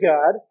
God